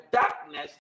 darkness